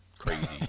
Crazy